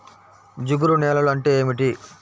జిగురు నేలలు అంటే ఏమిటీ?